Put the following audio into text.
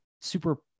super